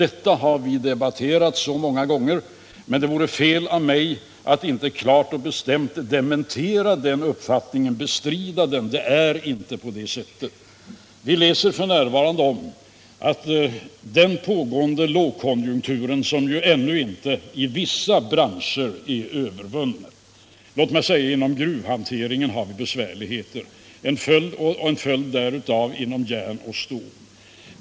Detta har vi debatterat många gånger, men det vore fel av mig att inte klart och bestämt bestrida den uppfattningen. Det är inte på det sättet. Vi läser f.n. om den pågående lågkonjunkturen, som ju i vissa branscher ännu inte är övervunnen. Inom gruvhanteringen har vi besvärligheter, i samband med svårigheter inom järnoch stålhanteringen.